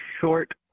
short